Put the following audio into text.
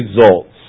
results